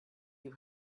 you